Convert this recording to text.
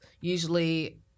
usually